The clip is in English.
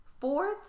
Fourth